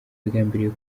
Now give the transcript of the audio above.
yagambiriye